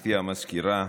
גברתי המזכירה,